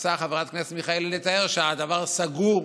שמנסה חברת הכנסת מיכאלי לתאר, שהדבר סגור.